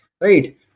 Right